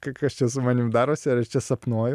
ka kas čia su manim darosi ar aš čia sapnuoju